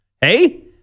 Hey